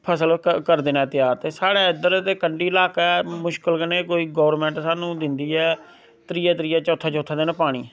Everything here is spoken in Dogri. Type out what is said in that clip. फसल ऐ करदे नै त्यार ते स्हाड़े इद्धर ते कंढी ल्हाकै मुश्कल कन्नै कोई गौरमैंट साह्नू दिंदी ऐ त्रीए त्रीए चौथे चौथे दिन पानी